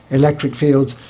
electric fields,